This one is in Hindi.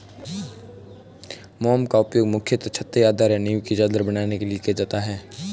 मोम का उपयोग मुख्यतः छत्ते के आधार या नीव की चादर बनाने के लिए किया जाता है